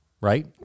right